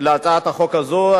להצעת החוק הזו.